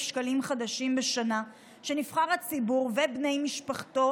שקלים חדשים בשנה שנבחר הציבור ובני משפחתו,